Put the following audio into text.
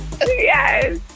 Yes